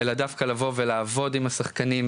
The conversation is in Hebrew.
אלא דווקא לבוא ולעבוד עם השחקנים,